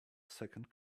second